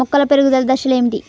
మొక్కల పెరుగుదల దశలు ఏమిటి?